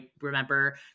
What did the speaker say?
remember